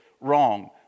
wrong